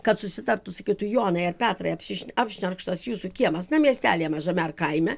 kad susitartų sakytų jonai ar petrai apsišne apšnerkštas jūsų kiemas na miestelyje mažame kaime